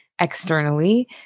externally